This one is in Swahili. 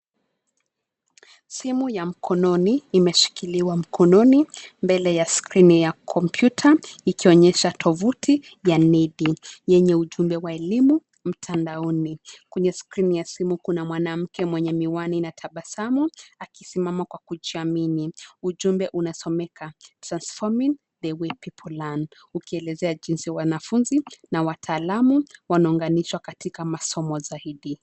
Simu ya mkononi, imeshikiliwa mkononi, mbele ya skrini ya kompyuta, ikionyesha tovuti ya neti, yenye ujumbe wa elimu, mtandaoni, kwenye skrini ya simu kuna mwanamke mwenye miwani na tabasamu, akisimama kwa kujiamini, ujumbe unasomeka, transforming the way people learn , ukielezea jinsi wanafunzi na waatalamu, wanaunganishwa katika masomo zaidi.